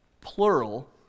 plural